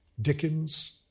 Dickens